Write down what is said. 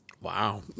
Wow